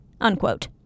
unquote